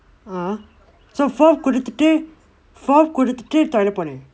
a'ah so form கொடுத்துட்டு:kodutthutdu form கொடுத்துட்டு:kodutthutdu toilet போன:poona